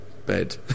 Bed